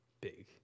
big